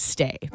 Stay